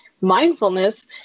mindfulness